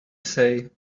say